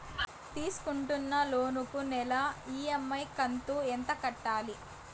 తీసుకుంటున్న లోను కు నెల ఇ.ఎం.ఐ కంతు ఎంత కట్టాలి?